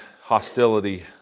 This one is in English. hostility